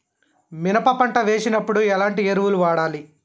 మినప పంట వేసినప్పుడు ఎలాంటి ఎరువులు వాడాలి?